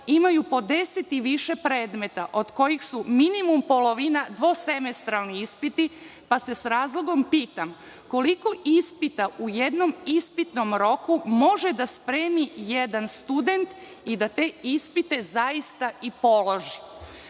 imaju po 10 i više predmeta od kojih su minimum polovina dvosemestralni ispiti, pa se sa razlogom pitam koliko ispita u jednom ispitnom roku može da spremi jedan student i da te ispite zaista i položi? Da